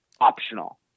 optional